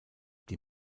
die